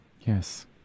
Yes